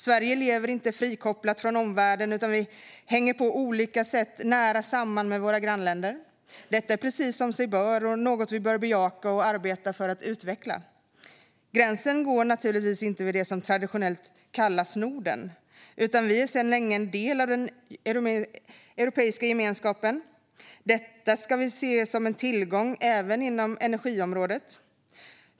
Sverige lever inte frikopplat från omvärlden, utan vi hänger på olika sätt nära samman med våra grannländer. Detta är precis som sig bör och något vi bör bejaka och arbeta för att utveckla. Gränsen går naturligtvis inte vid det som traditionellt kallas Norden, utan vi är sedan länge en del av den europeiska gemenskapen. Detta ska vi se som en tillgång även på energiområdet.